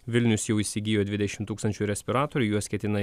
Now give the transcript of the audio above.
vilnius jau įsigijo dvidešim tūkstančių respiratorių juos ketina